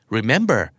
Remember